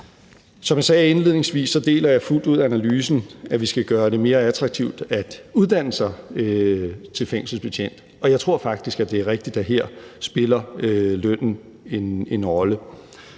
Som jeg sagde indledningsvis, deler jeg fuldt ud analysen: Vi skal gøre det mere attraktivt at uddanne sig til fængselsbetjent. Og jeg tror faktisk, at det er rigtigt, at lønnen her spiller en rolle.